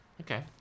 Okay